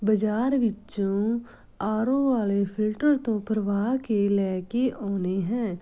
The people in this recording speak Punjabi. ਬਾਜ਼ਾਰ ਵਿੱਚੋਂ ਆਰ ਓ ਵਾਲੇ ਫਿਲਟਰ ਤੋਂ ਭਰਵਾ ਕੇ ਲੈ ਕੇ ਆਉਂਦੇ ਹੈ